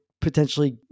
potentially